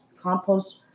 compost